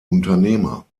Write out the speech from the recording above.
unternehmer